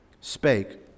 spake